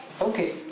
Okay